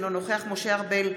אינו נוכח משה ארבל,